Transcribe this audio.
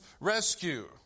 rescue